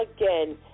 again